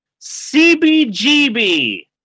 cbgb